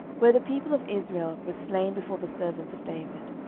where the people of israel were slain before the servants of david,